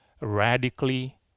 radically